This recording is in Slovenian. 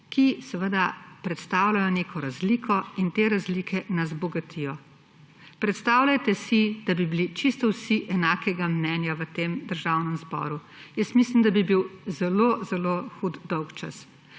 ki predstavljajo neko razliko, in te razlike nas bogatijo. Predstavljajte si, da bi bili čisto vsi enakega mnenja v tem Državnem zboru. Jaz mislim, da bi bil zelo zelo hud dolgčas.